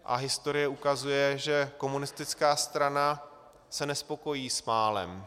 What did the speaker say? A historie ukazuje, že komunistická strana se nespokojí s málem.